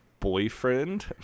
boyfriend